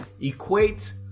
equate